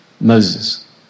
Moses